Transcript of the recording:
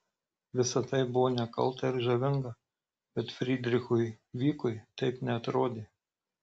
visa tai buvo nekalta ir žavinga bet frydrichui vykui taip neatrodė